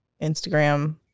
Instagram